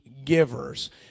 Givers